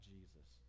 Jesus